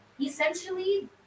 essentially